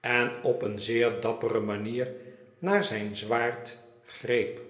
en op een zeer dappere manier naar zijn zwaard greep